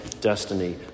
destiny